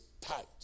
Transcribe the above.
tight